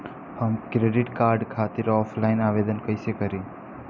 हम credit card खातिर offline आवेदन कइसे करि?